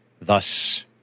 thus